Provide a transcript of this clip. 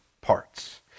parts